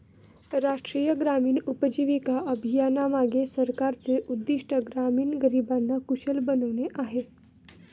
राष्ट्रीय ग्रामीण उपजीविका अभियानामागे सरकारचे उद्दिष्ट ग्रामीण गरिबांना कुशल बनवणे आहे